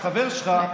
החבר שלך,